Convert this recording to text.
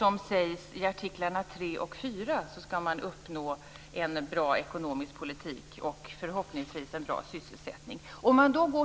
Enligt artiklarna 3 och 4 skall man uppnå en bra ekonomisk politik och förhoppningsvis en god sysselsättning.